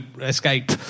escape